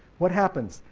what happens?